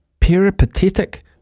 peripatetic